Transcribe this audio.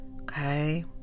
Okay